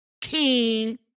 King